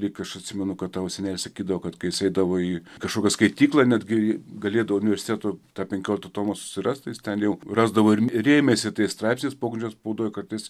lyg aš atsimenu kad tavo senelis sakydavo kad kai jis eidavo į kažkokią skaityklą netgi galėdavo universiteto tą penkioliktą tomą susirasti jis ten jau rasdavo ir rėmėsi tais straipsniais pogrindžio spaudoj kad jis